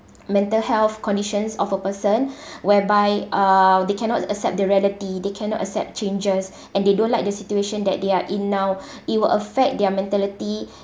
mental health conditions of a person whereby uh they cannot accept the reality they cannot accept changes and they don't like the situation that they're in now it will affect their mentality